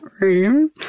room